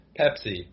Pepsi